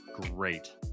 great